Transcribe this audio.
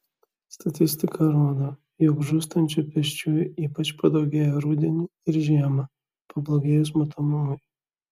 statistika rodo jog žūstančių pėsčiųjų ypač padaugėja rudenį ir žiemą pablogėjus matomumui